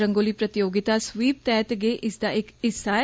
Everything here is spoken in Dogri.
रंगोली प्रतियोगिता स्वीप तैहत गे इसदा इक हिस्सा ऐ